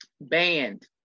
Banned